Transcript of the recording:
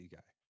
guy